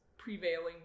prevailing